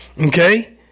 Okay